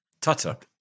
Tutter